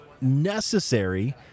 necessary—